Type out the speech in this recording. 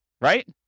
Right